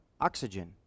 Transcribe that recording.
oxygen